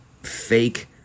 fake